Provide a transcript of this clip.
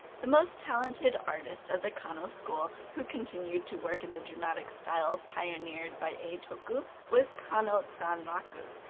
the most talented artist of the kano school who continued to work in the dramatic style pioneered by eitoku was kano sanraku.